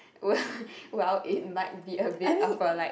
well it might be a bit of a like